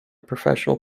professional